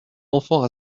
enfants